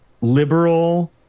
liberal